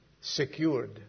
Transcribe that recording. secured